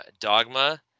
Dogma